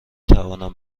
توانم